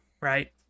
right